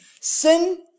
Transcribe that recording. Sin